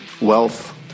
wealth